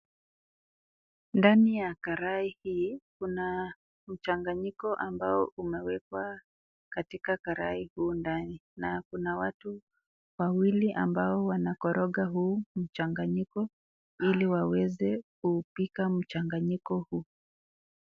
Ndani ya karai hii kuna mchanganyiko ambao umewekwa katika karai huu ndani na kuna watu wawili ambao wanakoroga huu mchanganyiko ili waweze kuupika mchanganyiko huu.